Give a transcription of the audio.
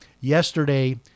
yesterday